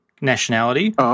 nationality